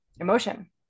emotion